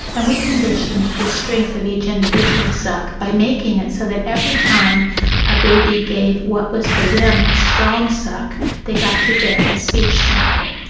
and we conditioned the strength of each individual suck by making it so that every time a baby gave what was for them a strong suck they got to hear a speech sample.